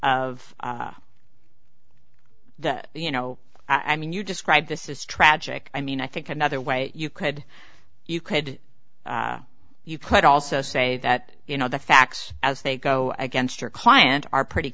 of that you know i mean you describe this is tragic i mean i think another way you could you could you could also say that you know the facts as they go against your client are pretty